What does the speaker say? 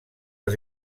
les